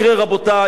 רבותי,